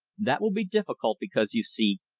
that will be difficult, because, you see,